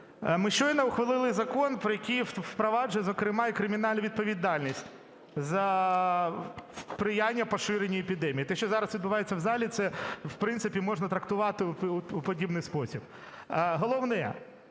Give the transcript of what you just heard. Ми щойно ухвалили закон, який впроваджує зокрема і кримінальну відповідальність за сприяння поширенню епідемії. Те, що зараз відбувається в залі – це, в принципі, можна трактувати у подібний спосіб. Головне.